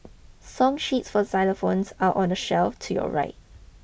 song sheets for xylophones are on the shelf to your right